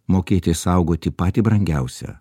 mokėti saugoti patį brangiausią